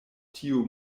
tiu